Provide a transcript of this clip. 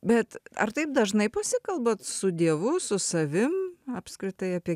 bet ar taip dažnai pasikalbat su dievu su savimi apskritai apie